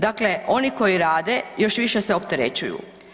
Dakle oni koji rade još više se opterećuju.